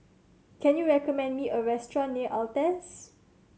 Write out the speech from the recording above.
can you recommend me a restaurant near Altez